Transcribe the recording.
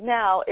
now